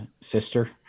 sister